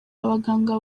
abaganga